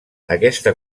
aquesta